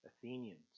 Athenians